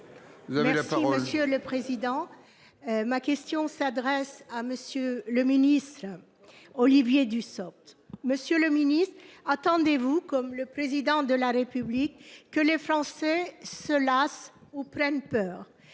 Merci monsieur le président. Ma question s'adresse à monsieur le ministre. Olivier Dussopt, Monsieur le Ministre, attendez-vous comme le président de la République, que les Français se lassent ou prennent peur.